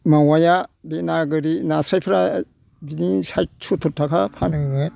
मावाया बे ना गोरि नास्रायफ्रा बिदिनो साइद सुथुर थाखा फानोमोन